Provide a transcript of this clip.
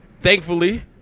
Thankfully